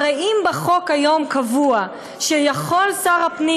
הרי אם בחוק היום קבוע שיכול שר הפנים